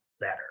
better